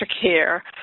Care